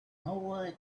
nowhere